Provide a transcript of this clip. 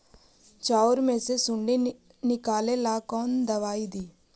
चाउर में से सुंडी निकले ला कौन दवाई दी?